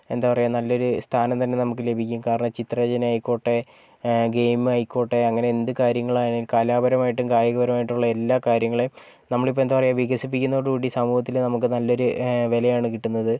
എന്താപറയാ നല്ലൊരു സ്ഥാനം തന്നെ നമുക്ക് ലഭിക്കും കാരണം ചിത്രരചന ആയിക്കോട്ടെ ഗെയിമായിക്കോട്ടെ അങ്ങിനെയെന്ത് കാര്യങ്ങളായാലും കലാപരമായിട്ടും കായികപരമായിട്ടും ഉള്ള എല്ലാ കാര്യങ്ങളെയും നമ്മളിപ്പോൾ എന്താപറയാ വികസിപ്പിക്കുന്നതോടുകൂടി സമൂഹത്തിൽ നമുക്ക് നല്ലൊരു വിലയാണ് കിട്ടുന്നത്